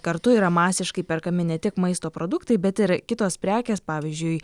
kartu yra masiškai perkami ne tik maisto produktai bet ir kitos prekės pavyzdžiui